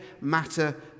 matter